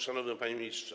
Szanowny Panie Ministrze!